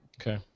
Okay